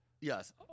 Yes